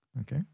Okay